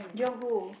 jio who